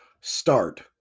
Start